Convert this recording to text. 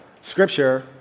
scripture